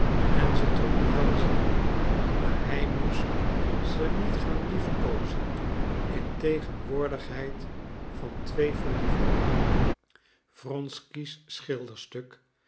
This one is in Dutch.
en ze te omhelzen maar hij moest ze niet gaan liefkoozen in tegenwoordigheid van twee verliefden wronsky's